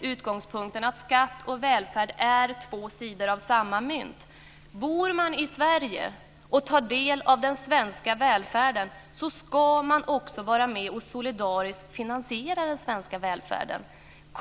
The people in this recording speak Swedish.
Utgångspunkten för detta är just att skatt och välfärd är två sidor av samma mynt. Om man bor i Sverige och tar del av den svenska välfärden, ska man också vara med och solidariskt finansiera den svenska välfärden.